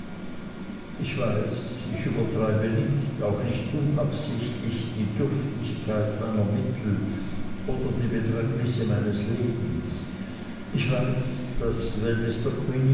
ich weiß ich übertreibe nicht auch nicht unabsichtlich die dürftigkeit meiner mittel oder die bedrängnisse meines lebens ich weiß daß wenn mr